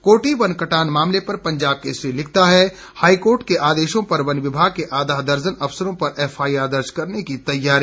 कोटी वन कटान मामले पर पंजाब केसरी लिखता है हाईकोर्ट के आदेशों पर वन विभाग के आधा दर्जन अफसरों पर एफआईआर दर्ज़ करने की तैयारी